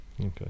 Okay